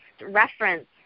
reference